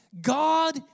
God